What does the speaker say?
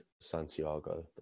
Santiago